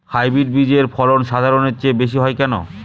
Hybrid বীজের ফলন সাধারণের চেয়ে বেশী হয় কেনো?